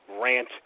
Rant